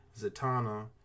Zatanna